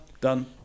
Done